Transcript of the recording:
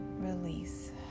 release